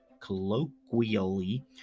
colloquially